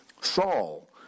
Saul